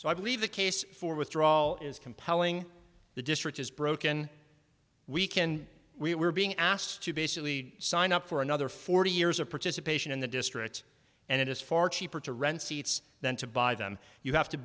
so i believe the case for withdrawal is compelling the district is broken weekend we are being asked to basically sign up for another forty years of participation in the districts and it is far cheaper to rent seats than to buy them you have to